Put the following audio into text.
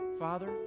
Father